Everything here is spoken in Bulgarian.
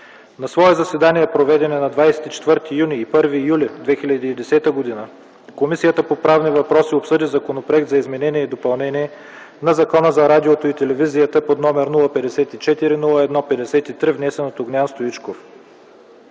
„На свои заседания, проведени на 24 юни и 1 юли 2010 г., Комисията по правни въпроси обсъди Законопроект за изменение и допълнение на Закона за радиото и телевизията под № 054-01-53, внесен от Огнян Стоичков